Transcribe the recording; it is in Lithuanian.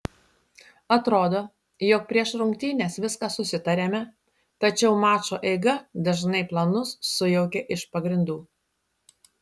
atrodo jog prieš rungtynes viską susitariame tačiau mačo eiga dažnai planus sujaukia iš pagrindų